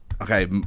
Okay